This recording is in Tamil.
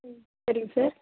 சரிங்க சார்